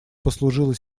послужила